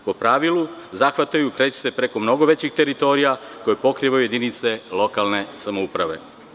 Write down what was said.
Po pravilu, zahvataju i kreću se preko mnogo većih teritorija koje pokrivaju jedinice lokalne samouprave.